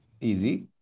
easy